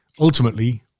ultimately